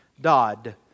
Dodd